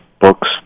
books